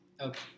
Okay